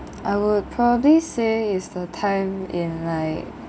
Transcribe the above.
I would probably say is the time in like